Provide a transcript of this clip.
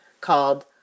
called